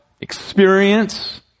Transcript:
experience